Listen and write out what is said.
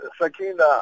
Sakina